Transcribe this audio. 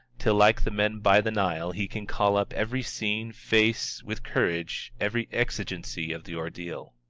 till like the men by the nile he can call up every scene, face with courage every exigency of the ordeal.